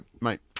mate